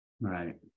Right